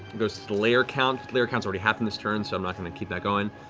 goes to the lair count. lair count's already happened this turn, so i'm not going to keep that going.